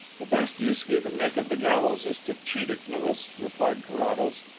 the best use you can make of the gallows is to cheat it, louis, replied carrados.